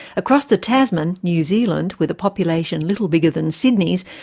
across the tasman, new zealand, with a population little bigger than sydney's,